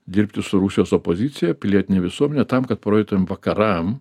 dirbti su rusijos opozicija pilietine visuomene tam kad parodytume vakaram